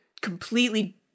completely